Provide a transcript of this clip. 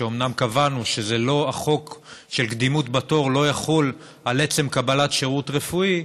שאומנם קבענו שהחוק של הקדימות בתור לא יחול על עצם קבלת שירות רפואי,